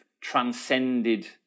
transcended